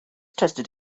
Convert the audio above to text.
tested